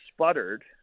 sputtered